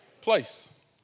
Place